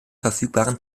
verfügbaren